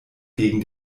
gegen